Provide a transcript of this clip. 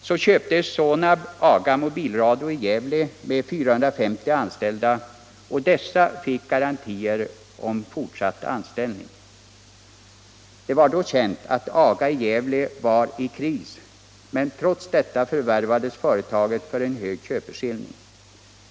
Så köpte Sonab upp AGA Mobilradio i Gävle med 450 anställda och dessa fick garantier om fortsatt anställning. Det var då känt att AGA i Gävle befann sig i en kris, men trots detta förvärvades företaget för en hög köpeskilling.